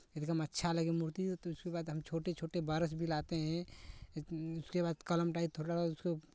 एकदम अच्छा लगे मूर्ती तो उसके बाद हम छोटे छोटे ब्रश भी लाते हैं उसके बाद उसको